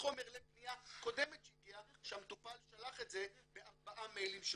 לפנייה קודמת שהגיעה שהמטופל שלח את זה בארבעה מיילים שונים.